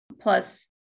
Plus